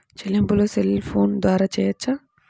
చెల్లింపులు cell phone ద్వారా చేయవచ్చా?